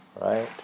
Right